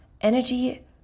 Energy